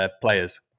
players